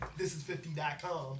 thisis50.com